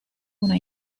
una